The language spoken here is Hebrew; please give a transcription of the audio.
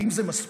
האם זה מספיק?